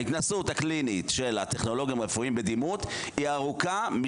ההתנסות הקלינית של הטכנולוגים הרפואיים בדימות היא ארוכה.